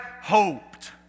hoped